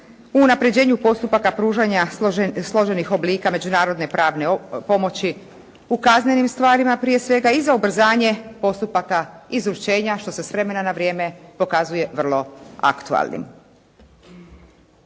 u unapređenju postupaka pružanja složenih oblika međunarodne pravne pomoći u kaznenim stvarima prije svega i za ubrzanje postupaka izručenja što se s vremena na vrijeme pokazuje vrlo aktualnim.